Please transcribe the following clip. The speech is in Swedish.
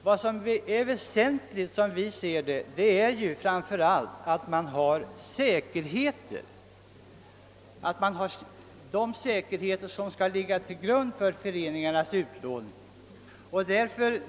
Vad vi framför allt anser vara väsentligt är att vederbörande företag har de säkerheter som skall ligga till grund för föreningarnas utlåning.